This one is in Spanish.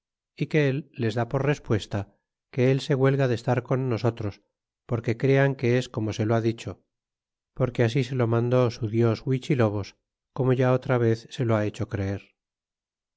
y que el les da por respuesta que él se huelga de estar con nosotros porque crean que es como se lo ha dicho porque así se lo mandó su dios huichilobos como ya otra vez se lo ha hecho creer